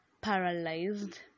paralyzed